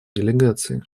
делегации